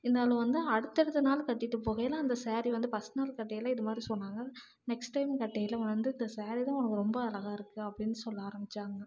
இருந்தாலும் வந்து அடுத்தடுத்த நாள் கட்டிட்டு போகையில் அந்த ஸேரீ வந்து ஃபஸ்ட் நாள் கட்டயில் இது மாதிரி சொன்னாங்க நெக்ஸ்ட் டைம் கட்டையில் வந்து இந்த ஸேரீ தான் உனக்கு ரொம்ப அழகா இருக்குது அப்படின்னு சொல்ல ஆரம்பிச்சாங்க